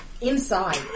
Inside